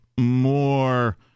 more